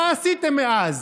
מה עשיתם מאז?